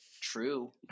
true